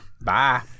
Bye